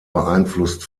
beeinflusst